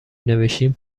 نوشتین